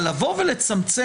אבל לבוא ולצמצם?